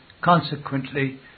consequently